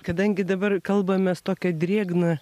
kadangi dabar kalbamės tokią drėgną